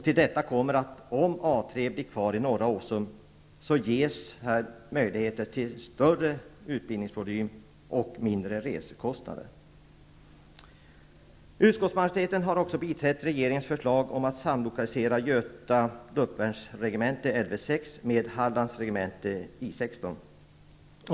Till detta kommer att om A 3 blir kvar i Norra Åsum ges möjligheter till större utbildningsvolym och mindre resekostnader. Utskottsmajoriteten har också tillstyrkt regeringens förslag om att samlokalisera Göta luftvärnsregemente, Lv 6, med Hallands regemente, I 16.